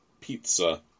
Pizza